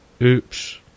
oops